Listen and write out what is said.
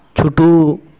ᱪᱷᱩᱴᱩ